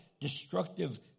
destructive